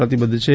પ્રતિબધ્ધ છે